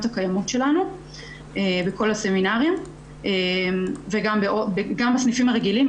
הקיימות שלנו בכל הסמינרים וגם בסניפים הרגילים.